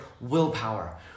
willpower